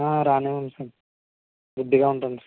రానివ్వను sir బుద్దిగా ఉంటాను sir